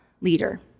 leader